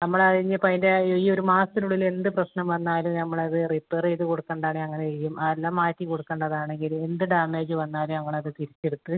നമ്മള് ഇനി ഇപ്പം അതിൻ്റെ ഈ ഒര് മാസത്തിനുള്ളില് എന്ത് പ്രശ്നം വന്നാലും നമ്മളത് റിപ്പെയർ ചെയ്ത് കൊടുക്കേണ്ടതാണേൽ അങ്ങനെ ചെയ്യും അതല്ല മാറ്റി കൊടുക്കേണ്ടതാണെങ്കില് എന്ത് ഡാമേജ് വന്നാലും ഞങ്ങളത് തിരിച്ചെടുത്ത്